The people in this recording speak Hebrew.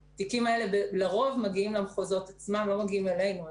לרוב התיקים מגיעים למחוזות ולא אלינו.